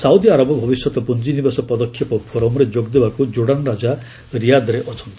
Saudi Arab ଭବିଷ୍ୟତ ପୁଞ୍ଜିନିବେଶ ପଦକ୍ଷେପ ଫୋରମ୍ରେ ଯୋଗଦେବାକୁ ଜୋର୍ଡାନ୍ ରାଜା ରିୟାଦ୍ରେ ଅଛନ୍ତି